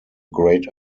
great